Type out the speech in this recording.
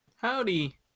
Howdy